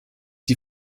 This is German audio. die